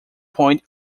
point